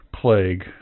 plague